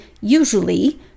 Usually